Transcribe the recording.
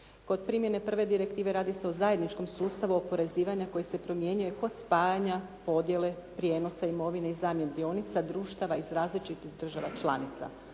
Kod primjene prve direktive radi se o zajedničkom sustavu oporezivanja koje se primjenjuje kod spajanja, podijele, prijenosa imovine i zamjene dionice, društava iz različitih država članica.